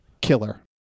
killer